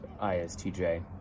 ISTJ